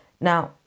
Now